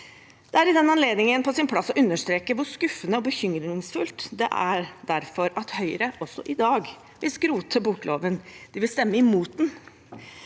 Det er i den anledningen på sin plass å understreke hvor skuffende og bekymringsfullt det derfor er at Høyre også i dag vil skrote bokloven. De vil stemme mot den.